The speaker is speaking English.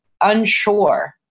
unsure